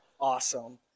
Awesome